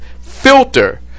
filter